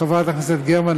חברת הכנסת גרמן,